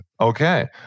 Okay